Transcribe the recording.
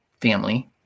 family